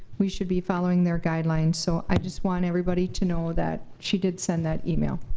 we should be following their guidelines. so i just want everybody to know that she did send that email,